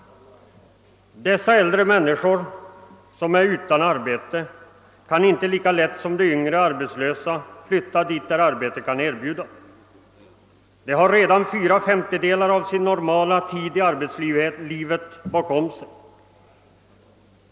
Dessa äldre människor som är utan arbete kan inte lika lätt som de yngre arbetslösa flytta till de orter där arbete kan erbjudas. De har redan fyra femtedelar av sin normala tid i arbetslivet bakom sig.